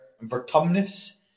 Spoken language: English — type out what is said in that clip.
Vertumnus